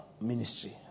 ministry